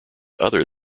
other